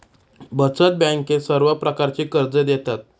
बचत बँकेत सर्व प्रकारची कर्जे देतात